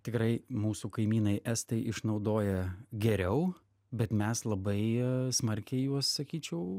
tikrai mūsų kaimynai estai išnaudoja geriau bet mes labai smarkiai juos sakyčiau